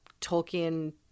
Tolkien